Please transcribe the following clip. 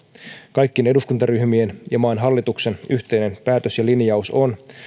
kaikkien eduskuntaryhmien ja maan hallituksen yhteinen päätös ja linjaus on